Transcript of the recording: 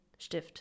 Stift